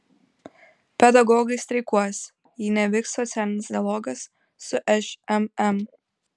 pedagogai streikuos jei nevyks socialinis dialogas su šmm